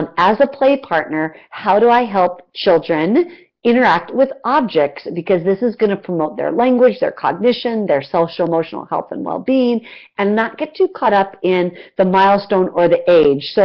and as a play partner, how do i help children interact with objects because this is going to promote their language, their cognition, their social-emotional health and well-being, and not get too caught up in the milestone or the age. so